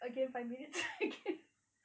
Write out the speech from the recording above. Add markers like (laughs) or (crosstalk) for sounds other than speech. again five minutes (laughs)